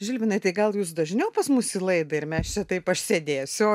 žilvinai tai gal jūs dažniau pas mus į laidą ir mes čia taip aš sėdėsiu